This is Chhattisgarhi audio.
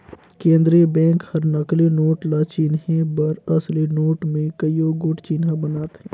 केंद्रीय बेंक हर नकली नोट ल चिनहे बर असली नोट में कइयो गोट चिन्हा बनाथे